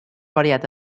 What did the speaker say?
variat